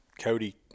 Cody